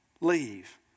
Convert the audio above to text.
leave